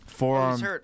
Forearm